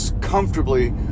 comfortably